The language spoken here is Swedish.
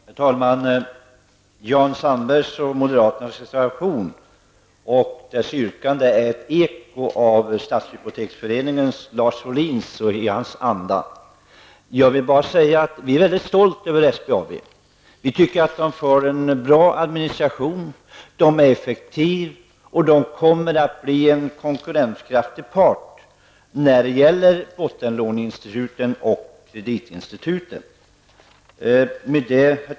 Herr talman! Jan Sandbergs och moderaternas reservation och dess yrkande är ett eko av statshypoteksföreningens Lars Wohlin och i hans anda. Vi är mycket stolta över SBAB. Vi tycker att bolaget har en bra administration. Det är effektivt och kommer att bli en konkurrenskraftig part när det gäller bottenlåneinstituten och kreditinstituten.